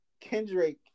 Kendrick